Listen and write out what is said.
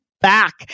back